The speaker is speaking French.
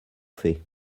fait